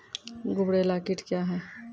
गुबरैला कीट क्या हैं?